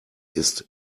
ist